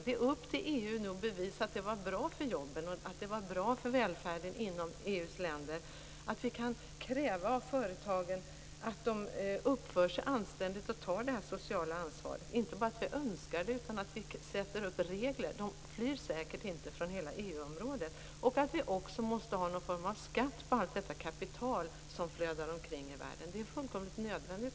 Det är upp till EU att bevisa att det var bra för jobben och välfärden inom EU:s länder att vi kan kräva av företagen att de uppför sig anständigt och tar det sociala ansvaret. Vi skall inte bara önska detta utan även sätta upp regler. Företagen flyr säkert inte från hela EU-området. Vi måste också ha någon form av skatt på allt detta kapital som flödar omkring i världen. Jag anser att det är nödvändigt.